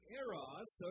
eros